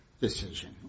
decision